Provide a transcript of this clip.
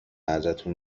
ازتون